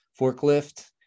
forklift